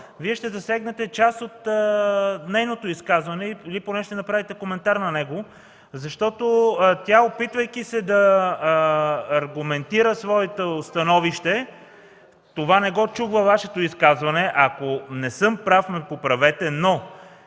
Вие ще засегнете част от нейното или поне ще му направите коментар. Защото тя, опитвайки се да аргументира своето становище, това не го чух във Вашето изказване, ако не съм прав – ме поправете, но